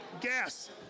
gas